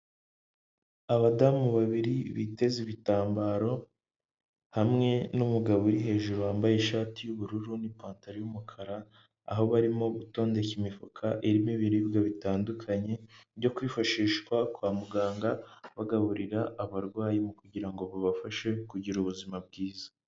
Abadamu babiri biteze ibitambaro hamwe n'umugabo uri hejuru wambaye ishati y'ubururu n'ipantaro y'umukara, aho barimo gutondeka imifuka irimo ibiribwa bitandukanye byo kwifashishwa kwa muganga bagaburira abarwayi kugira ngo bibafashe kugira ubuzima bwiza.